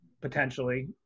potentially